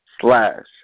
slash